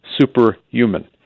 superhuman